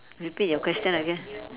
repeat your question again